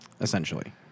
essentially